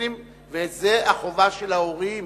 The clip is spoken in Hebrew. וזו החובה של ההורים.